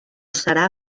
serà